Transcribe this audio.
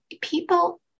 people